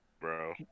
Bro